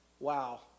Wow